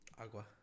Agua